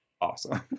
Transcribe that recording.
awesome